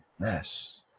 Yes